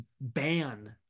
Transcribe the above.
ban